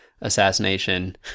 assassination